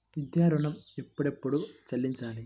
విద్యా ఋణం ఎప్పుడెప్పుడు చెల్లించాలి?